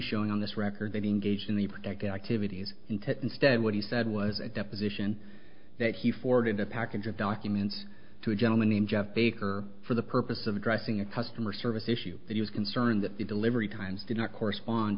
showing on this record that engaged in the protected activities in to instead what he said was a deposition that he forded the package of documents to a gentleman named jeff baker for the purpose of addressing a customer service issue that he was concerned that the delivery times did not correspond